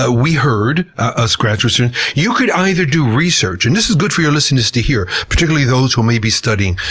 ah we heard as graduate students you could either do research, and this is good for your listeners to hear, particularly those who may be studying.